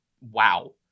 wow